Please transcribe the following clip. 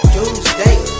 Tuesday